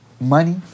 money